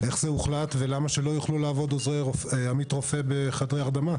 איך זה הוחלט ולמה שעמיתי רופא לא יוכלו לעבוד בחדרי הרדמה,